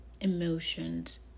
emotions